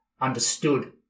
understood